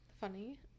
Funny